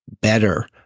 better